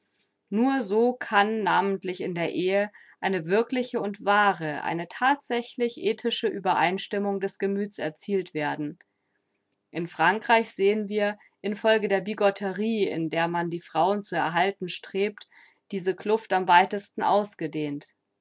nur so kann namentlich in der ehe eine wirkliche und wahre eine thatsächlich ethische uebereinstimmung des gemüthes erzielt werden in frankreich sehen wir in folge der bigotterie in der man die frauen zu erhalten strebt diese kluft am weitesten ausgedehnt